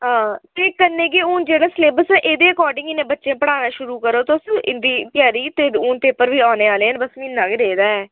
हां ते कन्ने गै हून जेह्ड़ा स्लेबस ऐ एह्दे अकार्डिंग इनें बच्चें ई गी पढ़ाना शुरू करो तुस इं'दी त्यारी ते हून पेपर बी औने आह्ले न बस म्हीना गै रेह्दा ऐ